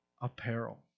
apparel